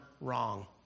wrong